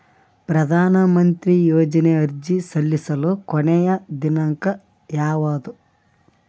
ಪ್ರಧಾನ ಮಂತ್ರಿ ಯೋಜನೆಗೆ ಅರ್ಜಿ ಸಲ್ಲಿಸಲು ಕೊನೆಯ ದಿನಾಂಕ ಯಾವದು?